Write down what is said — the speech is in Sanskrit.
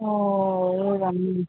ओ एव रा